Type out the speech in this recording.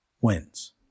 wins